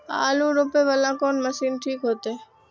आलू रोपे वाला कोन मशीन ठीक होते?